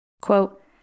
Quote